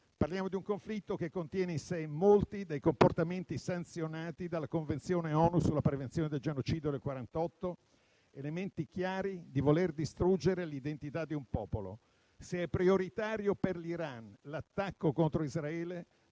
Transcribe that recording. parliamo di un conflitto che contiene in sé molti dei comportamenti sanzionati dalla Convenzione ONU sulla prevenzione del genocidio del 1948, elementi chiari della volontà di distruggere l'identità di un popolo. Se è prioritario per l'Iran l'attacco contro Israele,